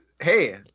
Hey